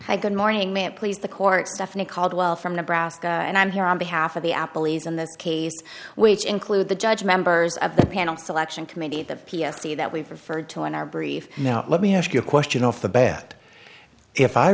hi good morning may it please the court stephanie caldwell from nebraska and i'm here on behalf of the apple e's in the case which include the judge members of the panel selection committee the p s c that we've referred to in our brief now let me ask you a question off the bat if i